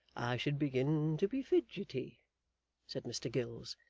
should begin to be fidgetty said mr gills,